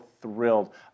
thrilled